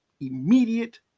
immediate